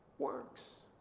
works.